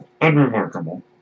unremarkable